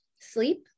sleep